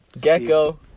Gecko